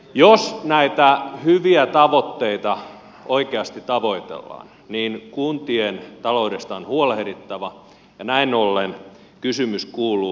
jos näitä hyviä tavoitteita oikeasti tavoitellaan niin kuntien taloudesta on huolehdittava ja näin ollen kysymys kuuluu